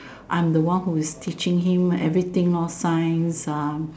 I'm the one who's teaching him everything lor science ah